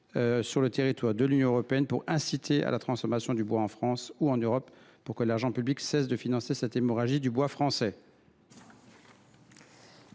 sur le territoire de l’Union européenne pour inciter à la transformation du bois en France ou en Europe. C’est ainsi que l’argent public cessera enfin de financer l’hémorragie du bois français !